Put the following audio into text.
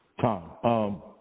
Tom